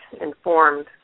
informed